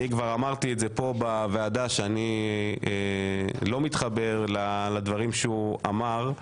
אני כבר אמרתי כאן בוועדה שאני לא מתחבר לדברים שהוא אמר.